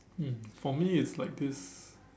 mm for me it's like this